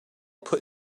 put